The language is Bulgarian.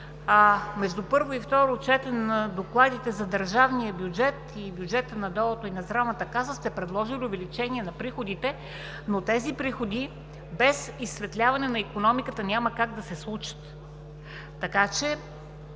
между първо и второ четене на докладите за държавния бюджет, и бюджета на ДОО-то, и на Здравната каса сте предложили увеличение на приходите, но тези приходи без изсветляване на икономиката няма как да се случат. Така че